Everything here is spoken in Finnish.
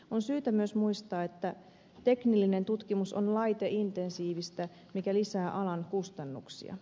on syytä myös muistaa että teknillinen tutkimus on laiteintensiivistä mikä lisää alan kustannuksia